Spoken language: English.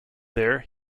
there